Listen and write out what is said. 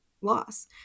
loss